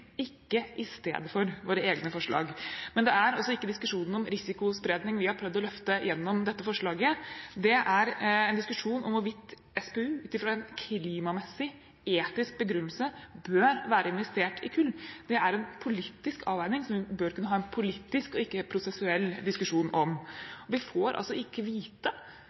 ikke i stedet for – våre egne forslag. Det er ikke diskusjonen om risikospredning vi har prøvd å løfte gjennom dette forslaget. Vi har prøvd å løfte en diskusjon om hvorvidt SPU ut ifra en klimamessig etisk begrunnelse bør investere i kull. Det er en politisk avveiing som vi bør kunne ha en politisk – ikke en prosessuell – diskusjon om. Vi får altså ikke vite